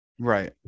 right